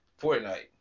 Fortnite